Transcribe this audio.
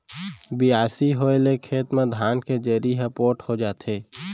बियासी होए ले खेत म धान के जरी ह पोठ हो जाथे